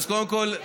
אז קודם כול,